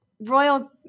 Royal